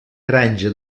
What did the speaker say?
granja